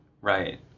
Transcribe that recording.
Right